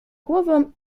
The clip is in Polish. głową